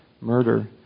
murder